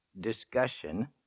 discussion